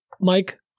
Mike